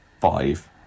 five